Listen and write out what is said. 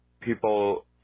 people